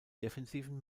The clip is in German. defensiven